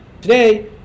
Today